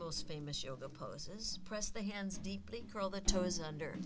most famous yoga poses press the hands deeply girl the toes under